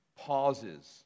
pauses